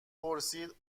پرسید